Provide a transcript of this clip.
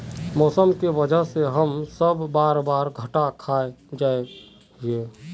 मौसम के वजह से हम सब बार बार घटा खा जाए हीये?